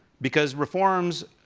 because reforms,